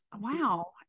Wow